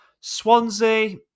Swansea